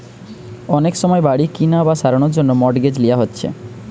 অনেক সময় বাড়ি কিনা বা সারানার জন্যে মর্টগেজ লিয়া হচ্ছে